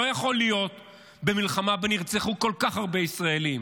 לא יכול להיות במלחמה שבה נרצחו כל כך הרבה ישראלים